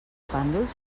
pàndols